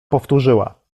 powtórzyła